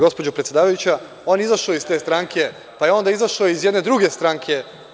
Gospođo predsedavajuća, on je izašao iz te stranke, pa je onda izašao iz jedne druge stranke…